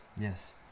Yes